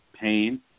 pain